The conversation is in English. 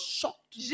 shocked